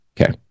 Okay